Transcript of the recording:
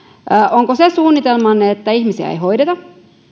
onko suunnitelmanne se että ihmisiä ei hoideta